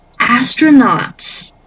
astronauts